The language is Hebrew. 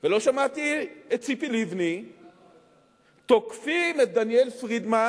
ולא שמעתי את ציפי לבני תוקפים את דניאל פרידמן